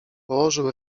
położył